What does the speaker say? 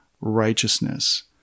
righteousness